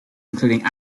including